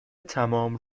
تمام